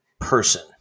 person